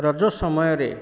ରଜ ସମୟରେ